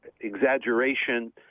exaggeration